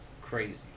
Crazy